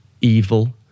evil